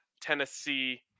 Tennessee